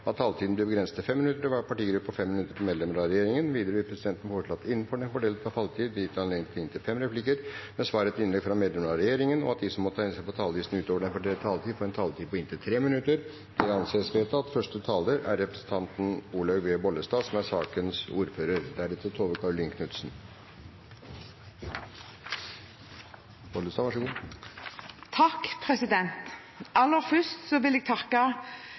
at taletiden blir begrenset til 5 minutter til hver partigruppe og 5 minutter til medlemmer av regjeringen. Videre vil presidenten foreslå at det – innenfor den fordelte taletid – blir gitt anledning til inntil fem replikker med svar etter innlegg fra medlemmer av regjeringen, og at de som måtte tegne seg på talerlisten utover den fordelte taletid, får en taletid på inntil 3 minutter. – Det anses vedtatt. Aller først vil jeg takke representantene fra Senterpartiet, som